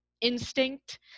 instinct